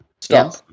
Stop